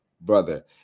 brother